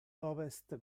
ovest